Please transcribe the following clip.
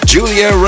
Julia